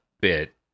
bit